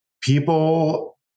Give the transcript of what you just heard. people